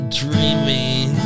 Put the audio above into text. dreaming